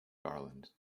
garland